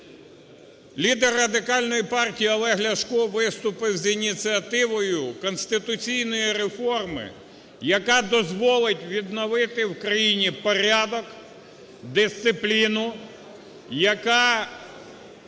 Лідер Радикальної партії Олег Ляшко виступив з ініціативою конституційної реформи, яка дозволить відновити в країні порядок, дисципліну, яка